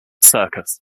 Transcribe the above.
circus